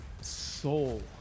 soul